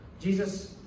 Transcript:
Jesus